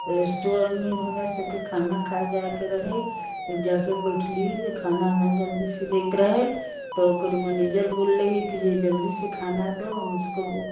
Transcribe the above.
रेस्टोरेन्टमे हमरा सभके खाना खाइ जाइके रहै तऽ जाकऽ बैठलीह जे खाना न जल्दीसँ दैत रहै तऽ ओकर मनैजर बोललै कि जे जल्दी से खाना दो उसको